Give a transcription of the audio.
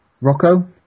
Rocco